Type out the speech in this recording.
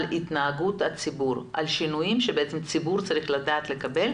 על שינויים שהציבור צריך לדעת עליו.